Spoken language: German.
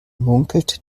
munkelt